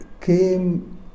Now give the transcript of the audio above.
came